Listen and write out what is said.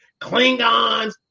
Klingons